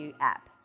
app